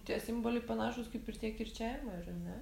tie simboliai panašūs kaip ir tie kirčiavimo ar ne